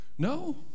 No